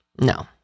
No